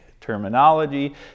terminology